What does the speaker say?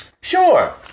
Sure